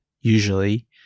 Usually